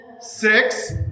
six